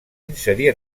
inserir